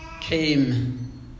came